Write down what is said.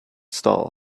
stall